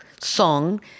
song